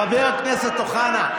חבר הכנסת אוחנה,